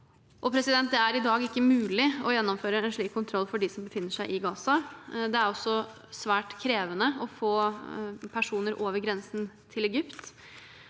lempe på. Det er i dag ikke mulig å gjennomføre en slik kontroll av dem som befinner seg i Gaza. Det er også svært krevende å få personer over grensen til Egypt.